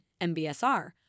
MBSR